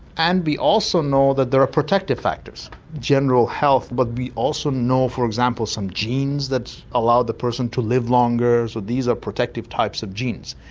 and we also know that there are protective factors, general health but we also know for example some genes that allow the person to live longer, so these are protective types of genes.